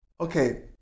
okay